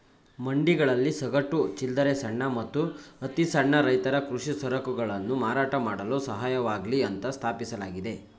ಮಂಡಿಗಳಲ್ಲಿ ಸಗಟು, ಚಿಲ್ಲರೆ ಸಣ್ಣ ಮತ್ತು ಅತಿಸಣ್ಣ ರೈತರ ಕೃಷಿ ಸರಕುಗಳನ್ನು ಮಾರಾಟ ಮಾಡಲು ಸಹಾಯವಾಗ್ಲಿ ಅಂತ ಸ್ಥಾಪಿಸಲಾಗಿದೆ